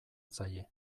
zaie